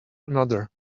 another